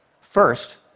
First